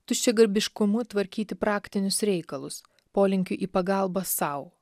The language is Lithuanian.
tuščiagarbiškumu tvarkyti praktinius reikalus polinkiu į pagalbą sau